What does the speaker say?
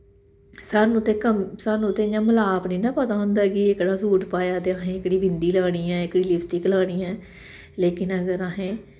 सानू ते कम्म सानूं ते इ'यां मलाप नेईं ना पता होंदा कि एह्कड़ा सूट पाया ते अहें एह्कड़ी बिंदी लानी ऐ एह्कड़ी लिपस्टिक लानी ऐ लेकिन अगर अहें